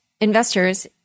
investors